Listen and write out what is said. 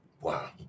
Wow